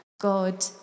God